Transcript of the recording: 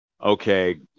okay